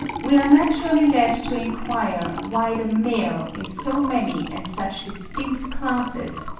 we are naturally led to enquire why the male, in so many and such distinct classes,